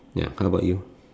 ya how about you